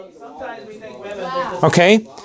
Okay